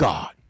God